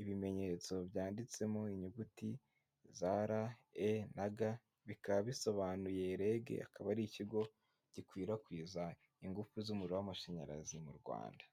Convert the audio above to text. ibimenyetso byanditsemo inyuguti za R,A,E na G bikaba bisobanuye REG akaba ari ikigo gikwirakwiza ingufu z'umuriro w'amashanyarazi mu rwanda